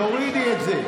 תורידי את זה.